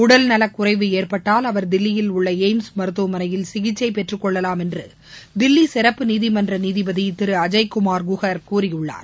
உடல்நலக்குறைவு ஏற்பட்டால் அவர் தில்லியில் உள்ள எயிம்ஸ் மருத்துவமனையில் சிகிச்சை பெற்றுக்கொள்ளவாம் என்று தில்லி சிறப்பு நீதிமன்ற நீதிபதி திரு அஜய்குமார் குஹார் கூறியுள்ளார்